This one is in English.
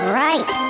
right